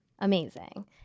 Amazing